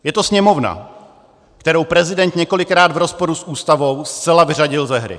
Je to Sněmovna, kterou prezident několikrát v rozporu s Ústavou zcela vyřadil ze hry.